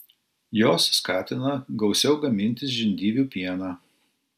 jos skatina gausiau gamintis žindyvių pieną